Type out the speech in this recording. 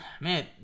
man